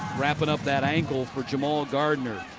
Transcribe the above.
wrapping up that ankle for jamal gardner.